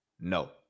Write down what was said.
No